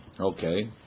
Okay